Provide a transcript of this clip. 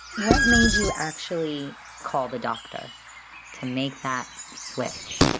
what made you actually call the doctor to make that switch?